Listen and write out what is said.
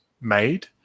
made